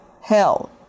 Hell